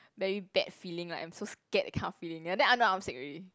very bad feeling like I'm so scared that kind of feeling then I know that I'm sick already